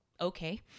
Okay